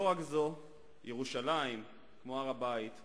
לא רק זו, ירושלים, כמו הר-הבית,